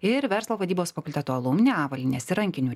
ir verslo vadybos fakulteto alumne avalynės ir rankinių